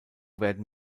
werden